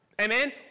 Amen